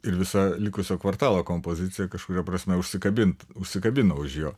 ir visa likusio kvartalo kompozicija kažkuria prasme užsikabint užsikabino už jo